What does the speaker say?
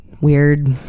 weird